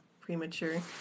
premature